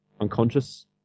unconscious